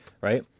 right